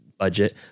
Budget